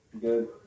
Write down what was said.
Good